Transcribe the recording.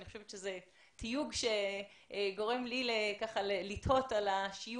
ואני חושבת שזה תיוג שגורם לי לתהות על השיוך.